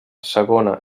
segona